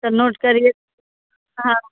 तो नोट करिए हाँ